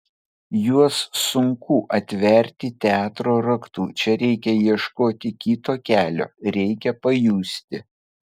juos sunku atverti teatro raktu čia reikia ieškoti kito kelio reikia pajusti